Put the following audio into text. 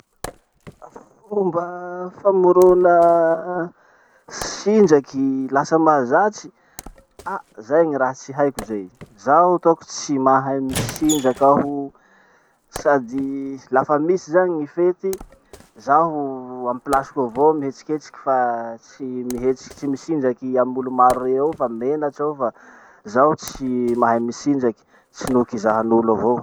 Fomba famorona tsinjaky lasa mahazatsy. Ah! Zay gny raha tsy haiko zay. Zaho taoko tsy mahay mitsinjaky aho sady lafa misy zany gny fety, zaho amy placeko eo avao mihetsiketsy fa tsy mihetsiky tsy mitsinjaky amy olo maro rey ao fa menatsy aho fa zaho tsy mahay mitsinjaky, tsy noho kizahin'olo avao.